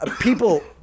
people